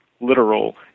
literal